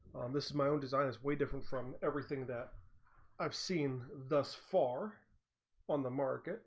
this my own designs way different from everything that i've seen thus far on the market